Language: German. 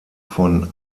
von